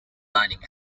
dining